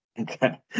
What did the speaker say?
Okay